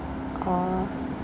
oh